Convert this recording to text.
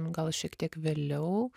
gal šiek tiek vėliau